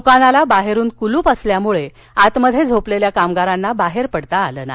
दुकानाला बाहेरून कुलूप असल्यामुळे आतमध्ये झोपलेल्या कामगारांना बाहेर पडता आलं नाही